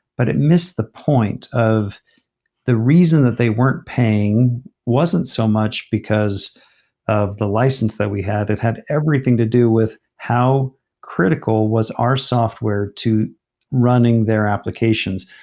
but it missed the point of the reason that they weren't paying wasn't so much because of the license that we had. it had everything to do with how critical was our software to running their applications.